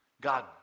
God